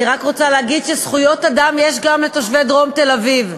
אני רק רוצה להגיד שזכויות אדם יש גם לתושבי דרום תל-אביב,